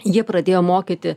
jie pradėjo mokyti